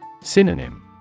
Synonym